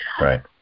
Right